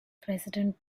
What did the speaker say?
president